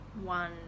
one